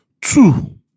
Two